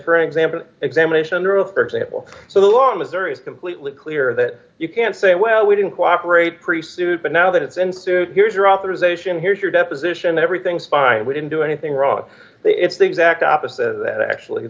for example examination under oath for example so the law is there it's completely clear that you can't say well we didn't cooperate preceded but now that it's in here's your authorization here's your deposition everything's fine we didn't do anything wrong it's the exact opposite that actually